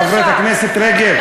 חברת הכנסת רגב,